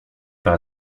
par